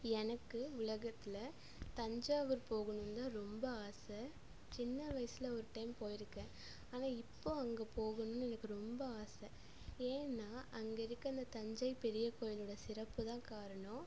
எனக்கு உலகத்தில் தஞ்சாவூர் போகணும்னு தான் ரொம்ப ஆசை சின்ன வயசில் ஒரு டைம் போய்ருக்கேன் ஆனால் இப்போ அங்கே போகணும்னு எனக்கு ரொம்ப ஆசை ஏன்னா அங்கே இருக்க அந்த தஞ்சை பெரிய கோவிலோட சிறப்புதான் காரணம்